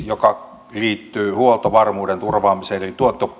joka liittyy huoltovarmuuden turvaamiseen eli